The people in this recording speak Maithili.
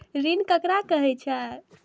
ऋण ककरा कहे छै?